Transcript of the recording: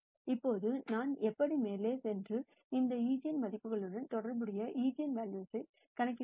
இப்போது நான் எப்படி மேலே சென்று இந்த ஈஜென் மதிப்புகளுடன் தொடர்புடைய ஈஜென்வெல்யூஸ் கணக்கிடுவது